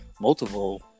multiple